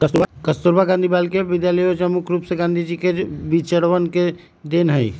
कस्तूरबा गांधी बालिका विद्यालय योजना मुख्य रूप से गांधी जी के विचरवन के देन हई